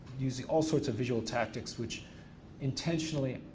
using all sorts of visual tactics which intentionally,